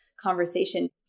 conversation